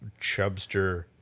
Chubster